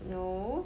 no